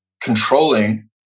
controlling